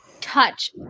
touch